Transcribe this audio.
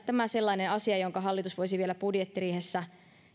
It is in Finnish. tämä olisi sellainen asia jonka hallitus voisi vielä budjettiriihessä